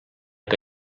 que